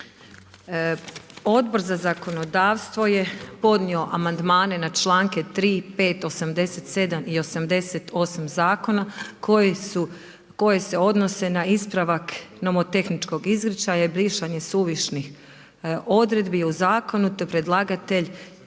Odbor za zakonodavstvo je podnio amandmane na članke 3., 5., 87. i 88. zakona koje se odnose na ispravak nomotehničkog izričaja i brisanje suvišnih odredbi u zakonu, te predlagatelj